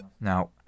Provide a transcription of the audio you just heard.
Now